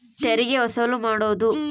ತೆರಿಗೆ ವಸೂಲು ಮಾಡೋದು